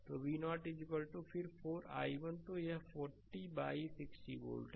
तो v0 फिर 4 i1 तो यह 40 बाइ 60 वोल्ट है